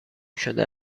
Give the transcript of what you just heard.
شده